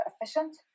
efficient